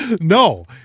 No